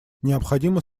необходимы